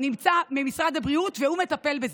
נמצא במשרד הבריאות והוא מטפל בזה.